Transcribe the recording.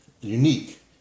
unique